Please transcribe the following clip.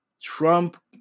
Trump